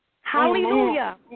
hallelujah